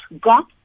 got